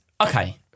Okay